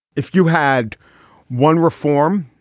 if you had one reform,